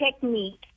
technique